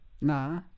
Nah